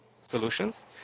solutions